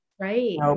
Right